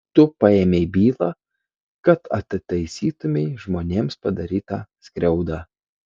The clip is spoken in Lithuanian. tu paėmei bylą kad atitaisytumei žmonėms padarytą skriaudą